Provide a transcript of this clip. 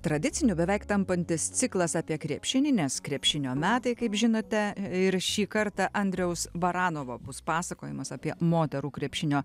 tradiciniu beveik tampantis ciklas apie krepšinį nes krepšinio metai kaip žinote ir šį kartą andriaus baranovo bus pasakojimas apie moterų krepšinio